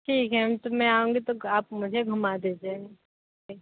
ठीक है मैं आऊंगी तो आप मुझे घूमा दीजिएगा